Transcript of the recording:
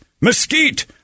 mesquite